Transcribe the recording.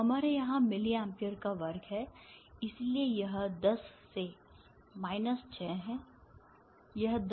हमारे यहां milliampere का वर्ग है इसलिए यह 10 से 6 है यह 10 से 3 है